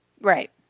Right